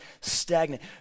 stagnant